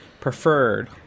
preferred